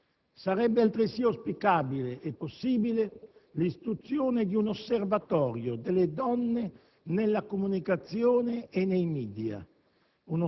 Sarebbe altresì auspicabile e possibile l'istituzione di un osservatorio delle donne nella comunicazione e nei *media*.